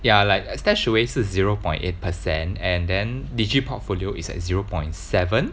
ya like stash away 是 zero point eight percent and then digi portfolio is at zero point seven